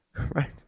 Right